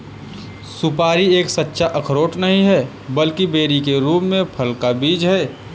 सुपारी एक सच्चा अखरोट नहीं है, बल्कि बेरी के रूप में फल का बीज है